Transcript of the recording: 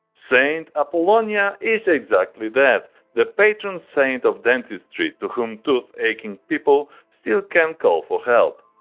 saint apollonia is exactly that the patron saint of dentistry to whom tooth aching people still can call for help.